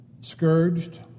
scourged